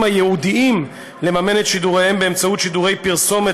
הייעודיים לממן את שידוריהם באמצעות שידורי פרסומת